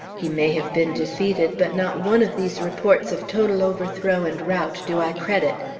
he may have been defeated but not one of these reports of total overthrow and rout do i credit.